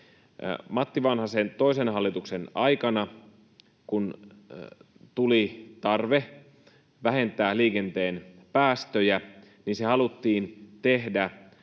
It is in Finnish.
Matti Vanhasen toisen hallituksen aikana, kun tuli tarve vähentää liikenteen päästöjä, se haluttiin tehdä